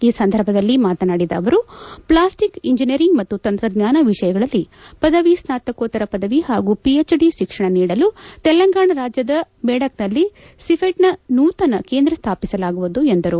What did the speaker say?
ಈ ಸಂದರ್ಭದಲ್ಲ ಮಾತನಾಡಿದ ಅವರು ಪ್ಲಾಲ್ಟಿಕ್ ಇಂಜಿನಿಯರಿಂಗ್ ಮತ್ತು ತಂತ್ರಜ್ಞಾನ ವಿಷಯಗಳಲ್ಲಿ ಪದವಿ ಸ್ನಾತಕೋತ್ತರ ಪದವಿ ಹಾಗೂ ಪಿಎಚ್ಡಿ ಶಿಕ್ಷಣ ನೀಡಲು ತೆಲಂಗಾಣ ರಾಜ್ಯದ ಮೇಡಕ್ನಲ್ಲ ಲಿಪೆಬ್ನ ನೂತನ ಕೇಂದ್ರ ಸ್ಥಾಪಿಸಲಾಗುವುದು ಎಂದರು